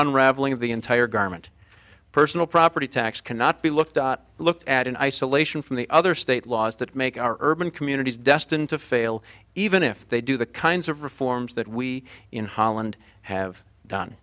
unraveling of the entire garment personal property tax cannot be looked at looked at in isolation from the other state laws that make our urban communities destined to fail even if they do the kinds of reforms that we in holland have done